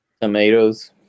Tomatoes